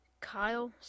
Kyle